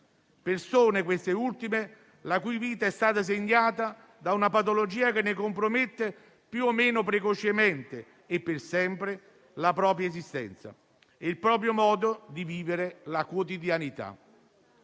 persone la cui vita è stata segnata da una patologia che ne compromette, più o meno precocemente e per sempre, l'esistenza e il modo di vivere la quotidianità.